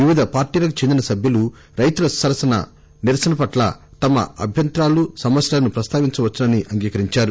వివిధ పార్టీలకు చెందిన సభ్యులు రైతుల నిరసన పట్ల తమ అభ్యంతరాలు సమస్యలను ప్రస్తావించవచ్చునని అంగీకరించారు